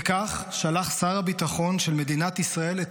וכך שלח שר הביטחון של מדינת ישראל את